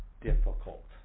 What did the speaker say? difficult